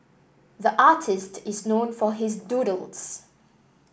the artist is known for his doodles